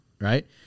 right